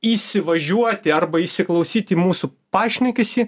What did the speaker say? įsivažiuoti arba įsiklausyti į mūsų pašnekesį